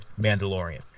Mandalorian